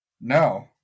No